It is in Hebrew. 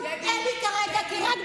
היא כי למי שמשרת מגיע יותר.